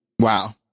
wow